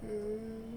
mm